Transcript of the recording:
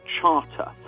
charter